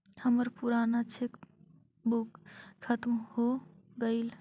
हमर पूराना cheque book खत्म हो गईल